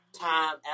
time